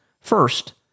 First